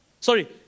Sorry